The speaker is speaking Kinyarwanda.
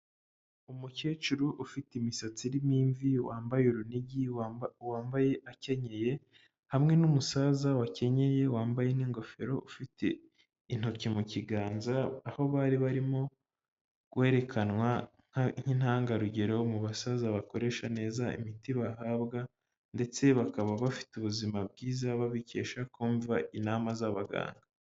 Umukecuru ufite imisatsi irimo imvi wambaye urunigi wambaye akenyeye hamwe n'umusaza wakenyeye wambaye n'ingofero ufite intoki mu kiganza aho bari barimo kwerekanwa nk'intangarugero mu basaza bakoresha neza imiti bahabwa ndetse bakaba bafite ubuzima bwiza babikesha kumva inama z'abaganga.